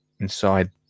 inside